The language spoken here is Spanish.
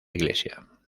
iglesia